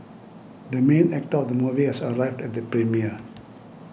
the main actor of the movie has arrived at the premiere